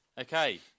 okay